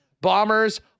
Bombers